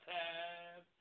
time